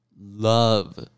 love